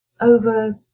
over